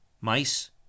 mice